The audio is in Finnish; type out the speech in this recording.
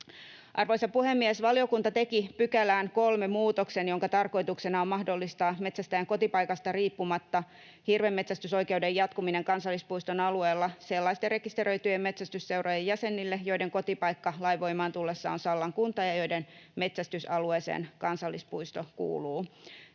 Arvoisa puhemies! Valiokunta teki pykälään 3 muutoksen, jonka tarkoituksena on mahdollistaa metsästäjän kotipaikasta riippumatta hirvenmetsästysoikeuden jatkuminen kansallispuiston alueella sellaisten rekisteröityjen metsästysseurojen jäsenillä, joiden kotipaikka lain voimaan tullessa on Sallan kunta ja joiden metsästysalueeseen kansallispuisto kuuluu.